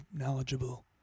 knowledgeable